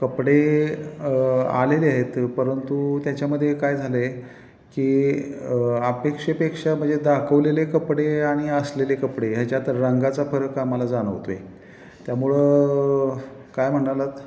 कपडे आलेले आहेत परंतु त्याच्यामध्ये काय झालं आहे की अपेक्षेपेक्षा म्हणजे दाखवलेले कपडे आणि असलेले कपडे ह्याच्यात रंगाचा फरक आम्हाला जाणवतो आहे त्यामुळं काय म्हणालात